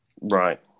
right